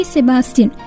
Sebastian